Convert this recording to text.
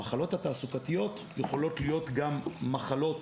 המחלות התעסוקתיות יכולות להיות גם מחלות